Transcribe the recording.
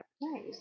nice